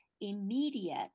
immediate